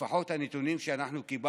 לפחות לפי הנתונים שקיבלנו